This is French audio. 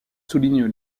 soulignent